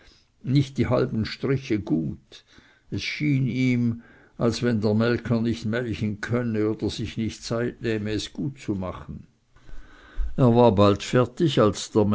nicht die halben striche gut es schien ihm als wenn der melcher nicht melchen könne oder sich nicht zeit nehme es gut zu machen er war bald fertig als